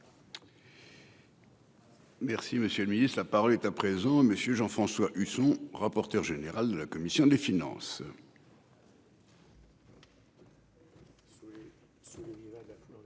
Merci, monsieur le Ministre, la parole est à présent monsieur Jean-François Husson, rapporteur général de la commission des finances.